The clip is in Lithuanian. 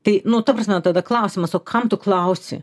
tai nu ta prasme tada klausimas o kam tu klausi